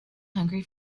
hungry